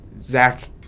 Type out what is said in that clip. Zach